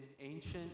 ancient